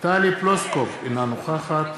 טלי פלוסקוב, אינה נוכחת